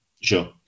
Sure